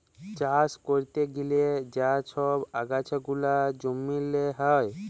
চাষ ক্যরতে গ্যালে যা ছব আগাছা গুলা জমিল্লে হ্যয়